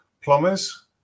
plumbers